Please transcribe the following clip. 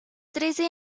trece